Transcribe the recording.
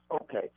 okay